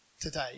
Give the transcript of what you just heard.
today